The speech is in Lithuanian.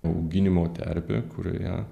auginimo terpė kurioje